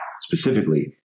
specifically